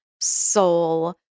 soul